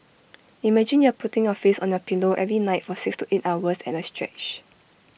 imagine you're putting your face on your pillow every night for six to eight hours at A stretch